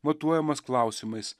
matuojamas klausimais